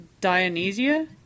Dionysia